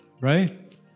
Right